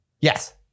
Yes